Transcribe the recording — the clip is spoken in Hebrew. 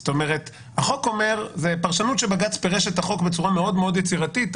זו פרשנות מאוד יצירתית של בג"ץ.